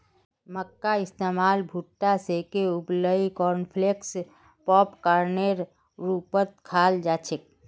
मक्कार इस्तमाल भुट्टा सेंके उबलई कॉर्नफलेक्स पॉपकार्नेर रूपत खाल जा छेक